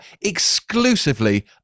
exclusively